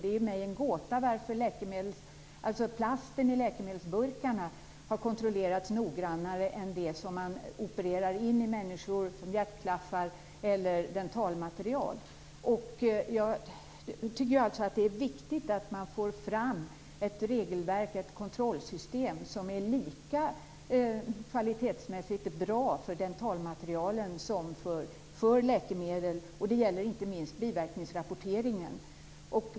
Det är mig en gåta varför plasten i läkemedelsburkarna har kontrollerats noggrannare än det som man opererar in i människor, t.ex. hjärtklaffar, eller dentalmaterial. Jag tycker att det är viktigt att man får fram ett regelverk och ett kontrollsystem för dentalmaterial som är av lika hög kvalitet som de för läkemedel. Det gäller inte minst biverkningsrapporteringen.